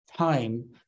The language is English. time